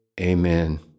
amen